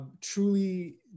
truly